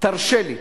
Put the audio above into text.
תרשה לי